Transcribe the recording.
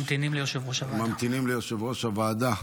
ממתינים ליושב-ראש הוועדה,